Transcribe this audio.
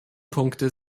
punkte